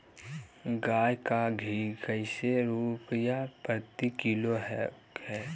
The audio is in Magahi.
गाय का घी कैसे रुपए प्रति किलोग्राम है?